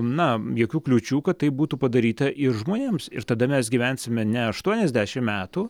na jokių kliūčių kad tai būtų padaryta ir žmonėms ir tada mes gyvensime ne aštuoniasdešim metų